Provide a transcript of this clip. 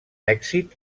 èxit